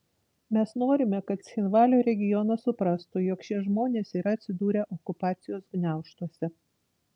mes norime kad cchinvalio regionas suprastų jog šie žmonės yra atsidūrę okupacijos gniaužtuose